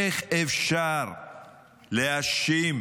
איך אפשר להאשים